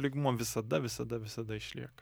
lygmuo visada visada visada išlieka